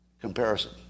comparison